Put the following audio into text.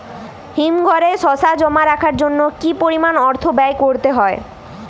হিমঘরে শসা জমা রাখার জন্য কি পরিমাণ অর্থ ব্যয় করতে হয়?